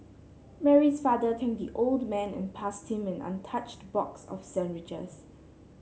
Mary's father thanked the old man and passed him an untouched box of sandwiches